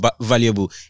valuable